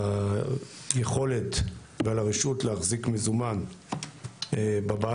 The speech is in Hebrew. היכולת ועל הרשות להחזיק מזומן בבית,